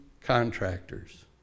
contractors